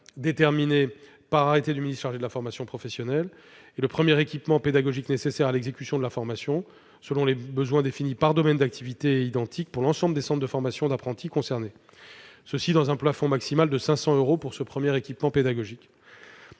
déterminé par arrêté du ministre chargé de la formation professionnelle, ou encore du premier équipement pédagogique nécessaire à l'exécution de la formation, selon les besoins définis par domaine d'activité, identiques pour l'ensemble des centres de formation d'apprentis concernés, avec un plafond de 500 euros. Les frais de mobilité